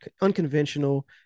unconventional